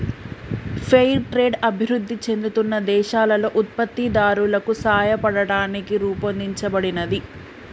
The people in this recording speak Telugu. ఫెయిర్ ట్రేడ్ అభివృద్ధి చెందుతున్న దేశాలలో ఉత్పత్తిదారులకు సాయపడటానికి రూపొందించబడినది